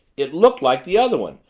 it looked like the other one.